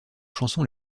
chanson